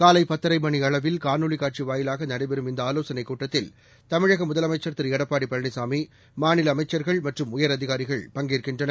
காலை பத்தரை மணி அளவில் காணொலி காட்சி வாயிலாக நடைபெறம் இந்த ஆலோசனைக் கூட்டத்தில் தமிழக முதலமைச்சா் திரு எடப்பாடி பழனிசாமி மாநில அமைச்சா்கள் மற்றும் உயரதிகாரிகள் பங்கேற்கின்றனர்